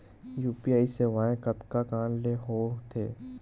UPI सेवाएं कतका कान ले हो थे?